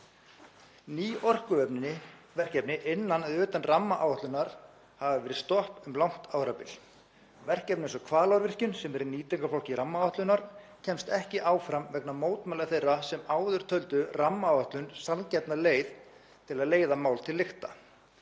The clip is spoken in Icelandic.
Ný orkuverkefni innan eða utan rammaáætlunar hafa verið stopp um langt árabil. Verkefni eins og Hvalárvirkjun, sem er í nýtingarflokki rammaáætlunar, kemst ekki áfram vegna mótmæla þeirra sem áður töldu rammaáætlun sanngjarna leið til að leiða mál til lykta.